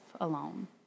alone